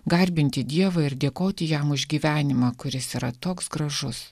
garbinti dievą ir dėkoti jam už gyvenimą kuris yra toks gražus